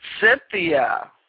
Cynthia